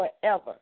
forever